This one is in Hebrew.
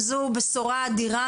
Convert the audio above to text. זו בשורה אדירה,